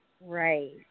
Right